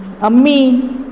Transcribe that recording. अम्मी